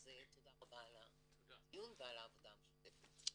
תודה רבה על הדיון ועל העבודה המשותפת.